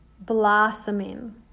blossoming